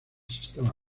sistema